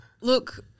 Look